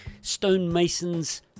Stonemasons